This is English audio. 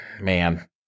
man